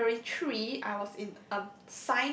secondary three I was in a